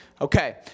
Okay